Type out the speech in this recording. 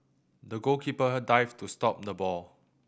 the goalkeeper dived to stop the ball